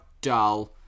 dull